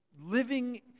living